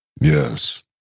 Yes